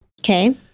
Okay